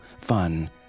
fun